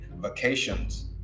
vacations